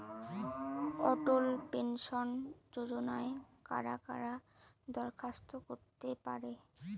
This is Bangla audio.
অটল পেনশন যোজনায় কারা কারা দরখাস্ত করতে পারে?